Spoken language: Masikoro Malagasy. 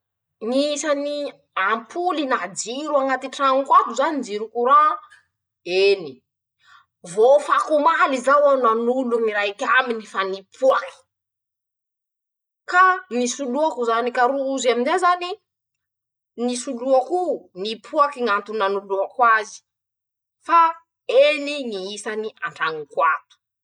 Ñy isany ampoly na jiro añaty trañoko ato zany jiro koran, eny, vô fak'omaly zao aho nanolo ñy raik'aminy fa nipoaky ka nisoloako zany ka rozy am'izay zany, nisoloakoo, nipoaky ñ'antony nanoloako azy, fa eny ñy isany antrañoko ato.